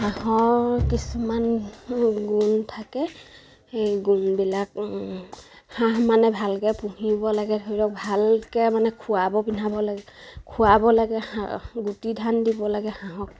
হাঁহৰ কিছুমান গুণ থাকে সেই গুণবিলাক হাঁহ মানে ভালকৈ পুহিব লাগে ধৰি লওক ভালকৈ মানে খোৱাব পিন্ধাব লাগে খোৱাব লাগে হাঁহ গুটি ধান দিব লাগে হাঁহক